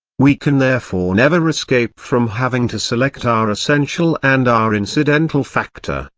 we can therefore never escape from having to select our essential and our incidental factor,